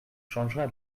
changera